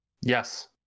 yes